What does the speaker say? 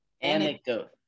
Anecdote